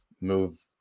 move